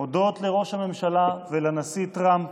הודות לראש הממשלה ולנשיא טראמפ,